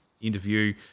interview